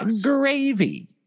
gravy